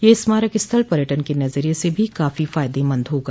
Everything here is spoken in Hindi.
यह स्मारक स्थल पर्यटन के नजरिये से भी काफो फायदेमंद होगा